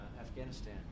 Afghanistan